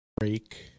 break